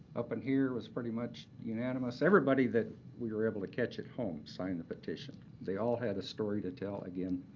up in here was pretty much unanimous. everybody that we were able to catch at home signed the petition. they all had a story to tell, again,